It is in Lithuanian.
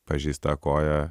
pažeista koja